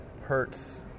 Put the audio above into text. hurts